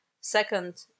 Second